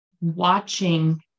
watching